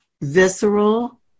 visceral